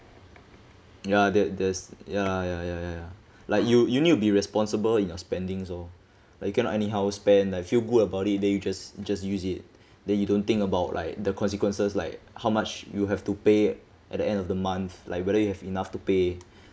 ya that there's ya ya ya ya like you you need to be responsible in your spending also like you cannot anyhow spend and feel good about it then you just just use it then you don't think about like the consequences like how much you have to pay at the end of the month like whether you have enough to pay